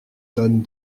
tonnes